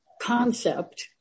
concept